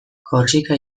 korsika